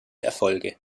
erfolge